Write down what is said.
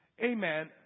amen